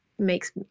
makes